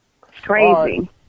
crazy